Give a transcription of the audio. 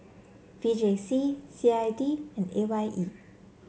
V J C C I D and A Y E